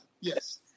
Yes